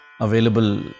available